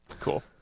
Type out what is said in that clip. cool